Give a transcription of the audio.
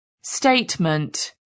statement